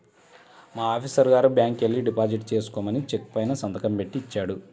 మా ఆఫీసరు గారు బ్యాంకుకెల్లి డిపాజిట్ చేసుకోమని చెక్కు పైన సంతకం బెట్టి ఇచ్చాడు